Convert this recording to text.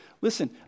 Listen